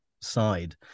side